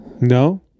No